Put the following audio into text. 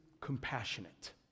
compassionate